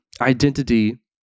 identity